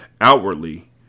Outwardly